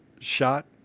shot